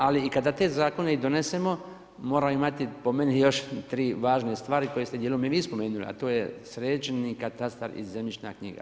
Ali i kada te zakone i donesemo moraju imati po meni još 3 važne stvari koje ste dijelom i vi spomenuli a to je sređeni katastar i zemljišna knjiga.